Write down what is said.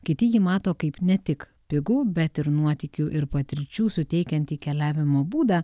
kiti jį mato kaip ne tik pigų bet ir nuotykių ir patirčių suteikiantį keliavimo būdą